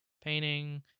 painting